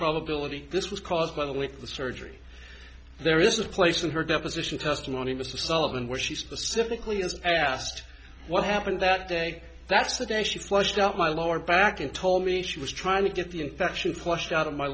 probability this was caused by the with the surgery there is a place in her deposition testimony mr sullivan where she specifically is asked what happened that day that's the day she flushed out my lower back and told me she was trying to get the infection flushed out of my